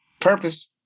Purpose